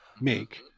make